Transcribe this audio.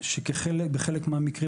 שבחלק מהמקרים,